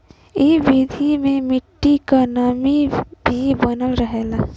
इ विधि से मट्टी क नमी भी बनल रहला